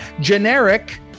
generic